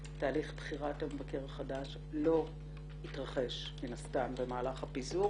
תהליך בחירת המבקר החדש לא יתרחש מן הסתם במהלך הפיזור